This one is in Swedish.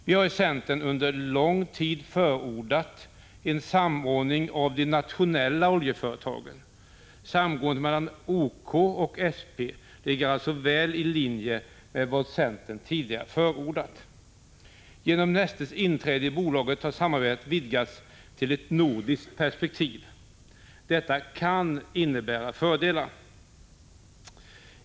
Vi har i centern under lång tid förordat en samordning av de nationella oljeföretagen. Samgåendet mellan OK och SP ligger alltså väl i linje med vad centern tidigare har förordat. Genom Nestes inträde i bolaget har samarbetet vidgats till ett nordiskt perspektiv. Detta kan innebära fördelar.